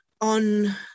on